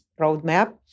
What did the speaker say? roadmap